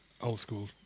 old-school